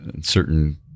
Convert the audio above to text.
certain